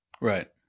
right